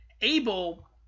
able